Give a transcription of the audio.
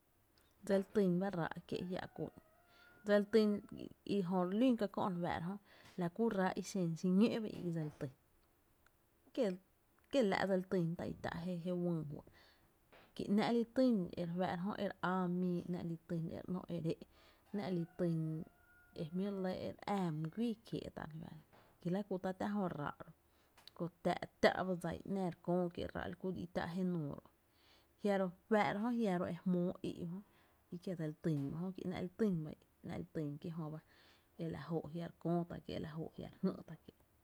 Dsel tyn bá ráá’ kié’ jiá’ kú’n, dsel tyn i jö re lún ka kö’ re fáá’ra jö, la ku ráá’ i xen xiñó’ ba i i dsel tyn kie’ kié’ la’ dsel tyn tá’ i tá’ je wÿy fɇ´’ kí ‘nⱥ’ li tyn e re áá mii, ‘nⱥ’ li ty e re ‘nó’ e re éé’, ‘nⱥ’ li tyn e jmí’ re lɇ e re rem y güii kiéé’ tá’ re fáá’ra ki la kú tá’ tⱥⱥ jö ráá’ ro’, kö tá’ tⱥ’ ba dsa i ‘náá re köö kié’ ráá’ lku i tá’ jenuu ro’, jiaro’ re fáá’ra jö e jmoo í’ ujö ki kie’ dsel tyn ba jö ki ‘nⱥ’ li tyn ba i ejö ba e la jó’ jia’ re köö tá’ kié’, la jóó’ jia’ re ngý’tá’ kié’.